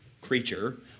creature